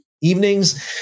evenings